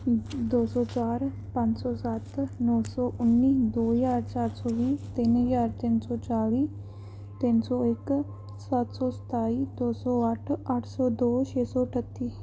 ਦੋ ਸੌ ਚਾਰ ਪੰਜ ਸੌ ਸੱਤ ਨੌ ਸੌ ਉੱਨੀ ਦੋ ਹਜ਼ਾਰ ਚਾਰ ਸੌ ਵੀਹ ਤਿੰਨ ਹਜ਼ਾਰ ਤਿੰਨ ਸੌ ਚੌਵੀ ਤਿੰਨ ਸੌ ਇੱਕ ਸੱਤ ਸੌ ਸਤਾਈ ਦੋ ਸੌ ਅੱਠ ਅੱਠ ਸੌ ਦੋ ਛੇ ਸੌ ਅਠੱਤੀ